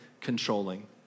controlling